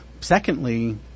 secondly